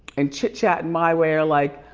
and chitchat and myway are like